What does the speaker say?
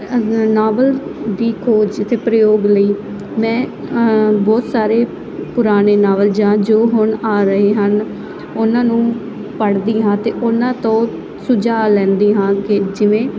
novel ਦੀ ਖੋਜ ਜਿੱਥੇ ਪ੍ਰਯੋਗ ਲਈ ਮੈਂ ਬਹੁਤ ਸਾਰੇ ਪੁਰਾਣੇ ਨਾਵਲ ਜਾਂ ਜੋ ਹੁਣ ਆ ਰਹੇ ਹਨ ਉਹਨਾਂ ਨੂੰ ਪੜ੍ਹਦੀ ਹਾਂ ਅਤੇ ਉਹਨਾਂ ਤੋਂ ਸੁਝਾਅ ਲੈਂਦੀ ਹਾਂ ਕਿ ਜਿਵੇਂ